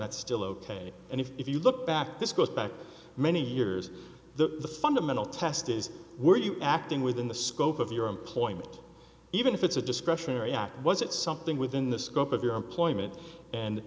that's still ok and if you look back this goes back many years the fundamental test is were you acting within the scope of your employment even if it's a discretionary act was it something within the scope of your employment and